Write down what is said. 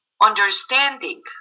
Understanding